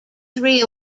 three